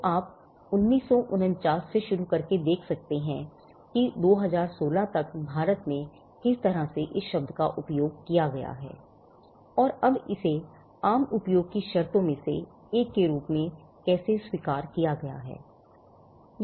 तो आप 1949 से शुरू करके देख सकते हैं कि 2016 तक भारत में किस तरह से इस शब्द का उपयोग किया गया है और अब इसे आम उपयोग की शर्तों में से एक के रूप में कैसे स्वीकार किया गया है